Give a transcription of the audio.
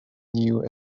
new